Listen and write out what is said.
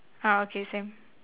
ah okay same